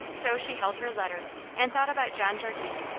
so she held her letter and thought about john jardine.